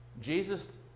Jesus